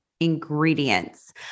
ingredients